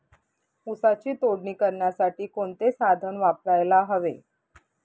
ऊसाची तोडणी करण्यासाठी कोणते साधन वापरायला हवे?